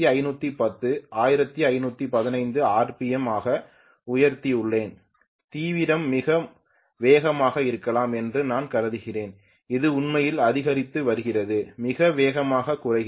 M ஆக உயர்த்தியுள்ளேன் தீவிரம் மிக வேகமாக இருக்கலாம் என்று நான் காண்கிறேன் அது உண்மையில் அதிகரித்து வருகிறது மிக வேகமாக குறைகிறது